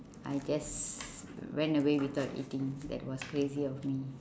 I guess went away without eating that was crazy of me